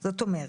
רוויזיה.